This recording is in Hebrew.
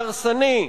ההרסני,